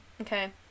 Okay